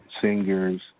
singers